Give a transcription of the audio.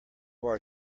our